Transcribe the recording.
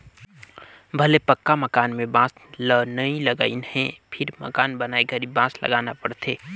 भले पक्का मकान में बांस ल नई लगईंन हे फिर मकान बनाए घरी बांस लगाना पड़थे